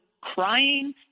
crying